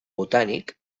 botànic